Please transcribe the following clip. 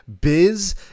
biz